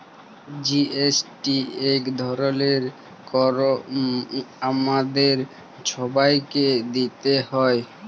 GST ইক ধরলের কর আমাদের ছবাইকে দিইতে হ্যয়